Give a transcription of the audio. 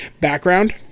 background